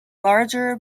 larger